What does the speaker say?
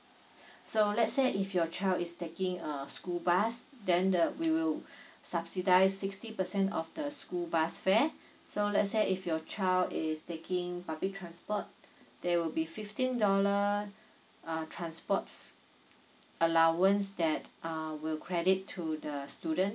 so let's say if your child is taking a school bus then the we will subsidise sixty percent of the school bus fare so let's say if your child is taking public transport there will be fifteen dollar uh transport f~ allowance that uh will credit to the student